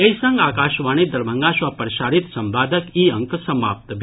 एहि संग आकाशवाणी दरभंगा सँ प्रसारित संवादक ई अंक समाप्त भेल